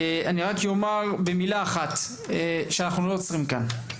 אני רק אומר במילה אחת שאנחנו לא עוצרים כאן,